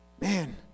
Man